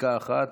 דקה אחת,